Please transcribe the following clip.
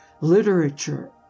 literature